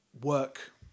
work